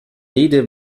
rede